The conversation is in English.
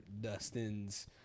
Dustin's